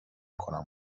کنم